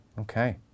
okay